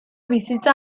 bizitza